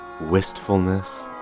Wistfulness